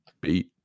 beat